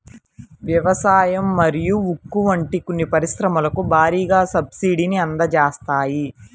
వ్యవసాయం మరియు ఉక్కు వంటి కొన్ని పరిశ్రమలకు భారీగా సబ్సిడీని అందజేస్తాయి